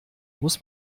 muss